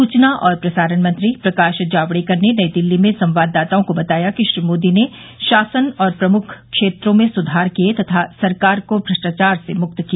सूचना और प्रसारण मंत्री प्रकाश जावडेकर ने नई दिल्ली में संवाददाताओं को बताया कि श्री मोदी ने शासन और प्रमुख क्षेत्रों में सुधार किए तथा सरकार को भ्रष्टाचार से मुक्त किया